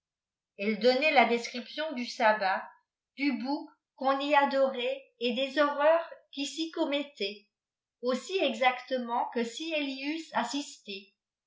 elle donnait la description du sabbat du bouc qu'on y adorait et des horreurs qui s'y comureitaieut aussi exactement que si elles y eussent assisté